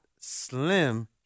slim